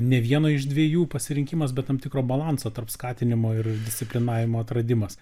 ne vieno iš dviejų pasirinkimas bet tam tikro balanso tarp skatinimo ir disciplinavimo atradimas